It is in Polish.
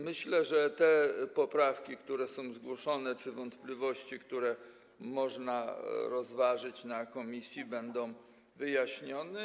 Myślę, że te poprawki, które zostały zgłoszone, czy wątpliwości, które można rozważyć w komisji, będą wyjaśnione.